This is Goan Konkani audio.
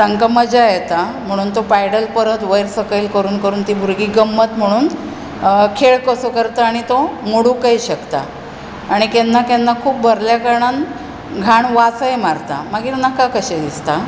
तांकां मजा येता म्हुणून तो पॅडल परत वयर सकयल करून करून तीं भुरगीं गम्मत म्हुणून खेळ कसो करता आनी तो मोडुंकय शकता आनी केन्ना केन्ना खूब भरल्या कारणान घाण वासय मारता मागीर नाका कशें दिसता